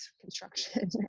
construction